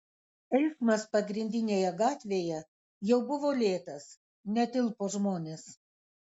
eismas pagrindinėje gatvėje jau buvo lėtas netilpo žmonės